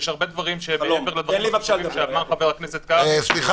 יש עוד הרבה דברים מעבר לדברים שאמר חבר הכנסת קרעי שיש לומר.